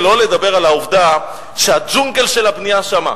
שלא לדבר על העובדה שהג'ונגל של הבנייה שם,